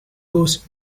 goes